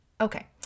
okay